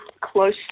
close